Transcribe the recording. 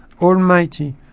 almighty